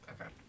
Okay